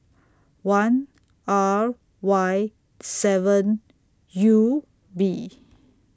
one R Y seven U B